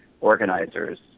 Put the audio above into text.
organizers